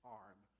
arm